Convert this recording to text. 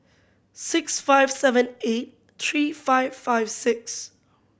six five seven eight three five five six